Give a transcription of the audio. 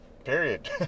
Period